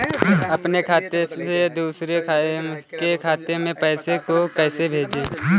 अपने खाते से दूसरे के खाते में पैसे को कैसे भेजे?